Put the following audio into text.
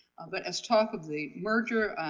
but as talk of the merger